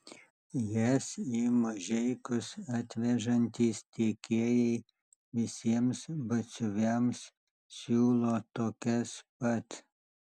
jas į mažeikius atvežantys tiekėjai visiems batsiuviams siūlo tokias pat